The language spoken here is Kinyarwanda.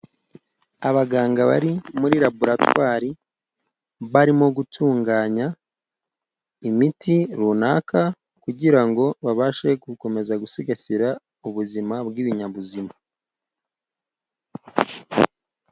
Abaganga bari muri laboratwari, barimo gutunganya imiti runaka, kugira ngo babashe gukomeza gusigasira ubuzima bw'ibinyabuzima.